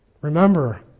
remember